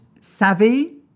savvy